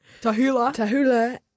Tahula